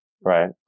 Right